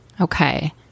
Okay